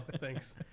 Thanks